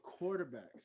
quarterbacks